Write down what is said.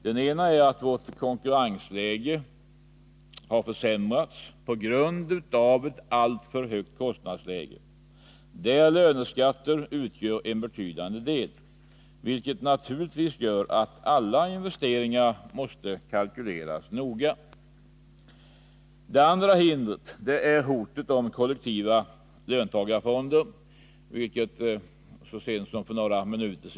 Den första är att vårt konkurrensläge har försämrats på grund av alltför högt kostnadsläge, där löneskatter utgör en betydande del, vilket naturligtvis gör att alla investeringar måste kalkyleras noga. Det andra hindret är hotet om kollektiva löntagarfonder.